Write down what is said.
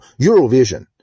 Eurovision